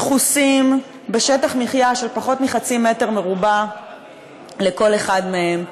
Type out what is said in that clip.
דחוסים בשטח מחיה של פחות מחצי מטר מרובע לכל אחד מהם.